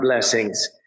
blessings